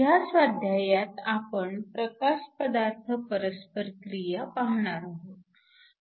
ह्या स्वाध्यायात 7 आपण प्रकाश पदार्थ परस्पर क्रिया पाहणार आहोत